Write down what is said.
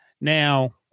Now –